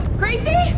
gracie!